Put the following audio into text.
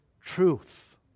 truth